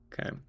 Okay